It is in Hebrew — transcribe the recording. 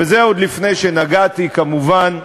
וזה עוד לפני שנגעתי, כמובן,